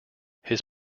his